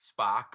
Spock